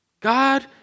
God